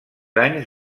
anys